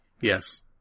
Yes